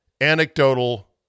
anecdotal